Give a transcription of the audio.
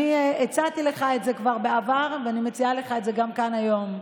הצעתי לך כבר בעבר ואני מציעה לך את זה גם כאן היום.